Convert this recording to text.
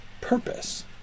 purpose